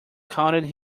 counted